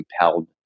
compelled